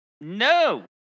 no